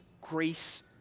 grace